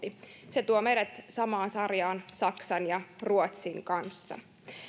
se tuo meidät samaan sarjaan saksan ja ruotsin kanssa